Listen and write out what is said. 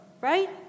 right